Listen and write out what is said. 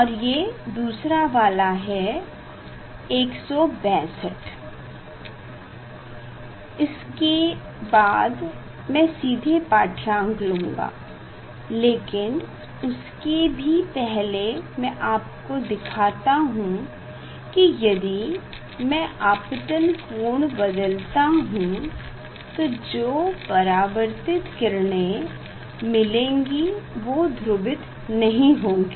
और ये दूसरा वाला है 162 इसके बाद में सीधे पाढ़यांक लूँगा लेकिन उसके भी पहले में आपको दिखाता हूँ की यदि में आपतन कोण बदलता हूँ तो जो परावर्तित किरणें मिलेंगी वे ध्रुवित नहीं होंगी